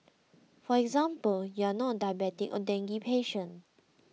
for example you are not a diabetic or dengue patient